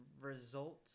results